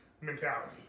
mentality